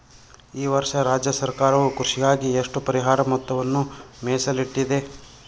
ಈ ವರ್ಷ ರಾಜ್ಯ ಸರ್ಕಾರವು ಕೃಷಿಗಾಗಿ ಎಷ್ಟು ಪರಿಹಾರ ಮೊತ್ತವನ್ನು ಮೇಸಲಿಟ್ಟಿದೆ?